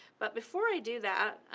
but before i do that,